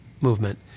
movement